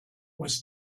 was